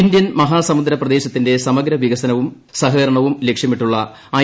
Indian മഹാസമുദ്ര പ്രദേശത്തിന്റെ സമഗ്ര വികസനവും സഹകരണവും ലക്ഷ്യമിട്ടുള്ള ഐ